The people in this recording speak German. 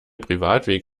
privatweg